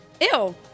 ew